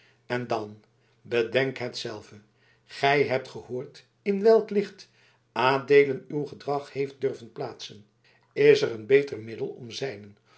en dan bedenk het zelve gij hebt gehoord in welk licht adeelen uw gedrag heeft durven plaatsen is er een beter middel om zijnen